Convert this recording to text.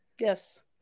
Yes